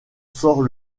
sort